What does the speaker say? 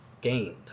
gained